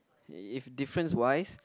if difference wise